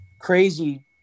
crazy